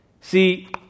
See